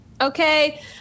Okay